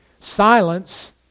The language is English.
Silence